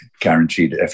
guaranteed